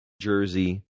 jersey